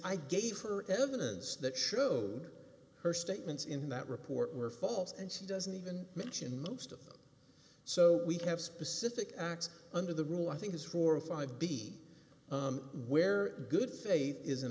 i gave her evidence that showed her statements in that report were false and she doesn't even mention most of them so we have specific acts under the rule i think is four or five b where good faith is an